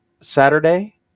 Saturday